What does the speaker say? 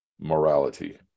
morality